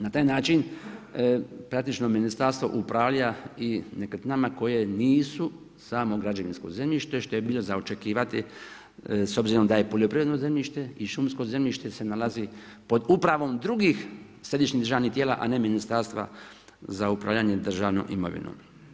Na taj način praktično ministarstvo upravlja i nekretninama koje nisu samo građevinsko zemljište što je bilo za očekivati s obzirom da je je poljoprivredno zemljište i šumsko zemljište se nalazi pod upravom drugih središnjih državnih tijela a ne Ministarstva za upravljanje državnom imovinom.